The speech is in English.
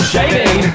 Shaving